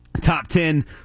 top-ten